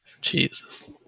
Jesus